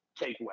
takeaway